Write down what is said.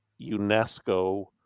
UNESCO